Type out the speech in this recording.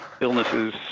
illnesses